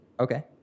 okay